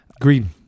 green